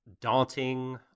daunting